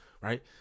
right